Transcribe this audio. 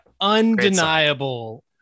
undeniable